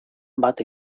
bat